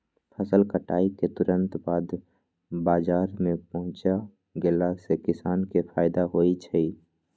फसल कटाई के तुरत बाद बाजार में पहुच गेला से किसान के फायदा होई छई